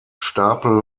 stapel